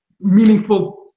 meaningful